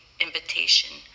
invitation